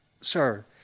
Sir